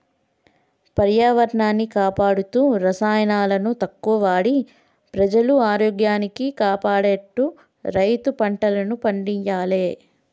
పర్యావరణాన్ని కాపాడుతూ రసాయనాలను తక్కువ వాడి ప్రజల ఆరోగ్యాన్ని కాపాడేట్టు రైతు పంటలను పండియ్యాలే